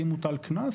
אם הוטל קנס,